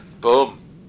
Boom